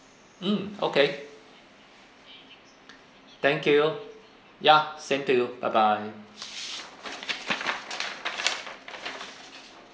mm okay thank you ya same to you bye bye